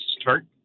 start